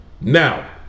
Now